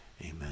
Amen